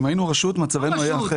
אם היינו רשות מצבנו היה אחר.